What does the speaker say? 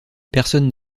personne